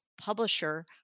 publisher